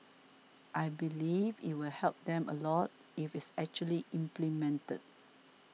I believe it'll help them a lot if it's actually implemented